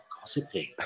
gossiping